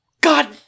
God